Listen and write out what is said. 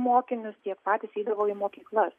mokinius jie patys eidavo į mokyklas